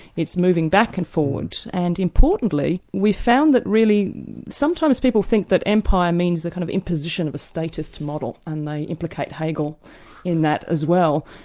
it's moving back and forward and importantly, we found that really sometimes people think that empire means a kind of imposition of a statist model and they implicate hegel in that as well.